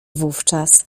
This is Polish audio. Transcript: wówczas